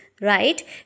right